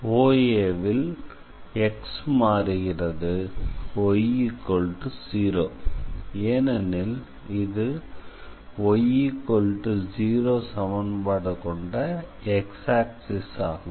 OAல் x மாறுகிறது y0 ஏனெனில் இது y0 சமன்பாடு கொண்ட x ஆக்சிஸ் ஆகும்